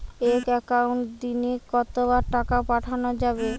এক একাউন্টে দিনে কতবার টাকা পাঠানো যাবে?